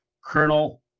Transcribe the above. Colonel